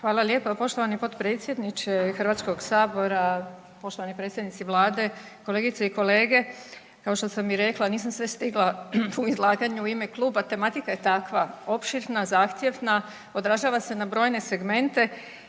Hvala lijepa poštovani potpredsjedniče Hrvatskog sabora. Poštovani predsjednici vlade, kolegice i kolege kao što sam i rekla nisam sve stigla u izlaganju u ime kluba. Tematika je takva opširna, zahtjevna, odražava se na brojne segmente